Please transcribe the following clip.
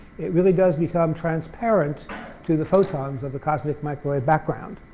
it really does become transparent to the photons of the cosmic microwave background.